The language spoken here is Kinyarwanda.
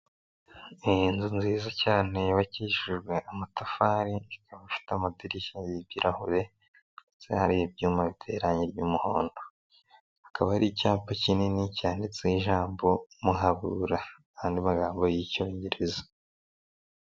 Inzu nzu nziza cyane yubakishijwe amatafari, ikaba ifite amadirishya y'ibirahure ndetse hari ibyuma biteye irangi ry'umuhondo ndetse hakaba hari icyapa kinini cyanditseho ijambo Muhabura n'andi magambo y'icyongereza.